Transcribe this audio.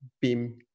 BIM